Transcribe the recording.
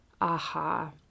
aha